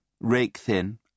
rake-thin